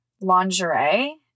lingerie